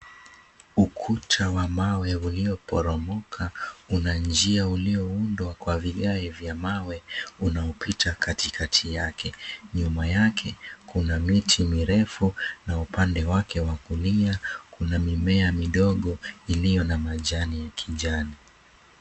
Ukuta wa mawe ulioporomoka una njia ulioundwa kwa vigae vya mawe unaopita katikati yake. Nyuma yake kuna miti mirefu na upande wake wa kulia kuna mimea midogo iliyo na majani ya kijani.